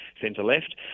centre-left